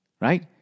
right